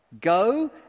Go